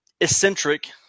eccentric